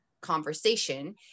conversation